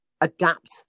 adapt